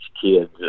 kids